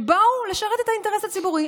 שבאו לשרת את האינטרס הציבורי.